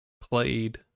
played